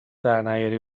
درنیاری